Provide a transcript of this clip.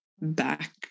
back